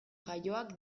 jaioak